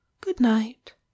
good-night